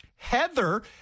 Heather